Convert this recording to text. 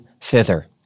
thither